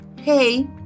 hey